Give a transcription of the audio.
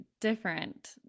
different